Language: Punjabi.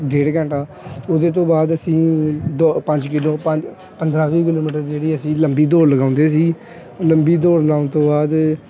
ਡੇਢ ਘੰਟਾ ਉਹਦੇ ਤੋਂ ਬਾਅਦ ਅਸੀਂ ਦੋ ਪੰਜ ਕਿਲੋ ਪੰਜ ਪੰਦਰ੍ਹਾਂ ਵੀਹ ਕਿਲੋਮੀਟਰ ਦੀ ਜਿਹੜੀ ਅਸੀਂ ਲੰਬੀ ਦੌੜ ਲਗਾਉਂਦੇ ਸੀ ਲੰਬੀ ਦੌੜ ਲਾਉਣ ਤੋਂ ਬਾਅਦ